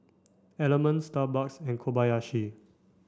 Element Starbucks and Kobayashi